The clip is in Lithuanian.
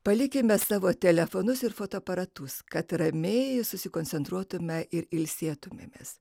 palikime savo telefonus ir fotoaparatus kad ramiai susikoncentruotume ir ilsėtumėmės